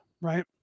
Right